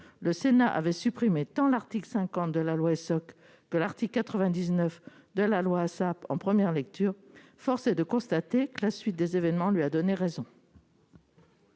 le Sénat avait supprimé tant l'article 50 de la loi que l'article 99 de la loi ASAP en première lecture, force est de constater que la suite des événements lui a donné raison.